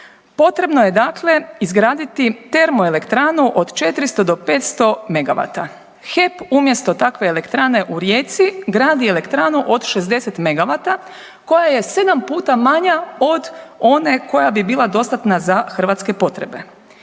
potrebno je dakle izgraditi termoelektranu od 400 do 500 megavata. HEP umjesto takve elektrane u Rijeci gradi elektranu od 60 megavata koja je 7 puta manja od one koja bi bila dostatna za hrvatske potrebe.